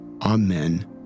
amen